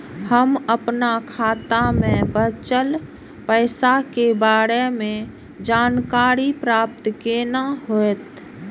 हम अपन खाता में बचल पैसा के बारे में जानकारी प्राप्त केना हैत?